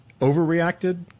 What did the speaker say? overreacted